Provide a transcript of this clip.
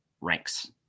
ranks